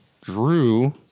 Drew